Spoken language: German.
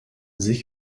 sich